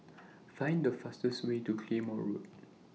Find The fastest Way to Claymore Road